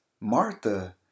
Martha